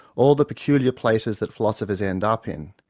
all the peculiar places that philosophers end up in.